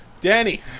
Danny